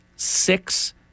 Six